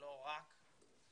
בוקר טוב.